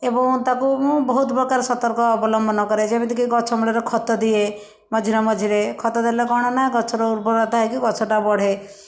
ଏବଂ ତାକୁ ମୁଁ ବହୁତ ପ୍ରକାର ସତର୍କ ଅବଲମ୍ବନ କରେ ଯେମିତିକି ଗଛ ମୂଳରେ ଖତ ଦିଏ ମଝିରେ ମଝିରେ ଖତ ଦେଲେ କ'ଣ ନା ଗଛର ଉର୍ବରତା ହେଇକି ଗଛ ଟା ବଢ଼େ